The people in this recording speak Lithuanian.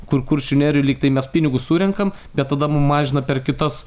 kur kuršių nerijoj lyg tai mes pinigus surenkam bet tada mum mažina per kitas